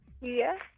Yes